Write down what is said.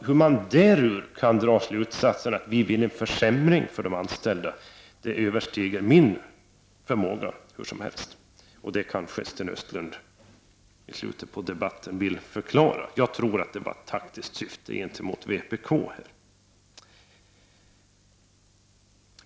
Hur man därav kan dra slutsatsen att vi vill ha en försämring för de anställda överstiger min fattningsförmåga. Detta kanske Sten Östlund kan förklara i slutet av debatten. Jag tror att man här hade ett taktiskt syfte gentemot vpk.